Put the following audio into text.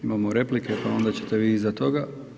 Imamo replike, pa onda ćete vi iza toga.